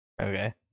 Okay